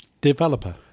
developer